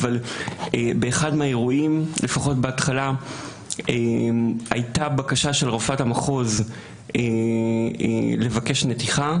אבל באחד מהאירועים לפחות בהתחלה הייתה בקשה של רופאת המחוז לבקש נתיחה,